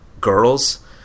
girls